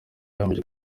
yahamije